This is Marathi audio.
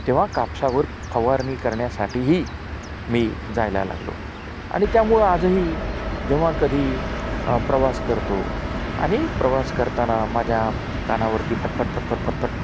तेव्हा कापसावर फवारणी करण्यासाठीही मी जायला लागलो आणि त्यामुळं आजही जेव्हा कधी प्रवास करतो आणि प्रवास करताना माझ्या कानावरती फटफट फटफट फटफट